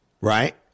right